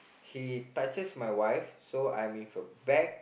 he touches my wife so I'm with a bag